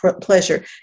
pleasure